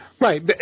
Right